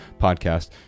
podcast